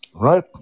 right